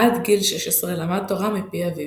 עד גיל 16 למד תורה מפי אביו.